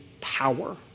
power